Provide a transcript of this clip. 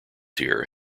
here